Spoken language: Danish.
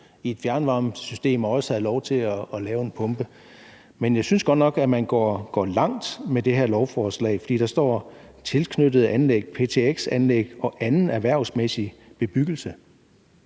i fjernvarmesystemet og også have lov til at lave en pumpe. Men jeg synes godt nok, at man går langt med det her lovforslag, for der står: »Tilknyttede anlæg: PtX-anlæg og anden erhvervsmæssig bebyggelse.«